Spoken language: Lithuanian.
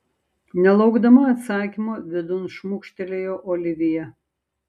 nelaukdama atsakymo vidun šmukštelėjo olivija